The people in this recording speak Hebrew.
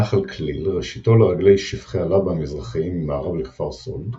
נחל קליל ראשיתו לרגלי שפכי הלבה המזרחיים ממערב לכפר סאלד,